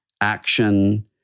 action